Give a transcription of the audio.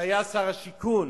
כשהיה שר השיכון,